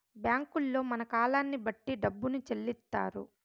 బ్యాంకుల్లో మన కాలాన్ని బట్టి డబ్బును చెల్లిత్తారు